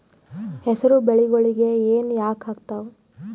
ಹೆಸರು ಬೆಳಿಗೋಳಿಗಿ ಹೆನ ಯಾಕ ಆಗ್ತಾವ?